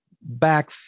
back